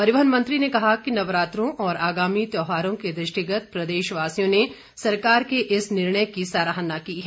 परिवहन मंत्री ने कहा कि नवरात्रों और आगामी त्यौहारों के दृष्टिगत प्रदेश वासियों ने सरकार के इस निर्णय की सराहना की है